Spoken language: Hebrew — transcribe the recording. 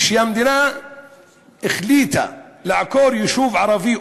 שהמדינה החליטה לעקור יישוב ערבי,